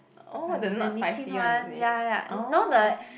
oh the not spicy one is it oh